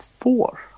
four